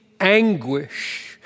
anguish